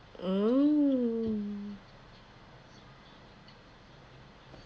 mm